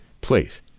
please